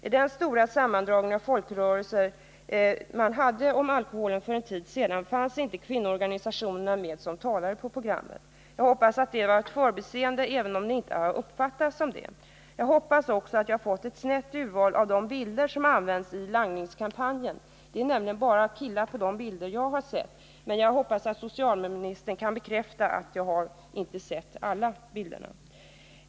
I den stora sammandragning av folkrörelser som man för en tid sedan hade om alkoholen fanns inga representanter för kvinnoorganisationerna med som talare på programmet. Jag hoppas att det var ett förbiseende, även om det inte har uppfattats som ett sådant. Det är också min förhoppning att jag har fått ett snett urval av de bilder som används i langningskampanjen. Det är nämligen bara killar på de bilder som jag har sett, men jag hoppas att socialministern kan bekräfta att jag inte har sett alla bilder.